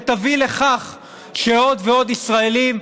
ותביא לכך שעוד ועוד ישראלים,